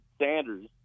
Sanders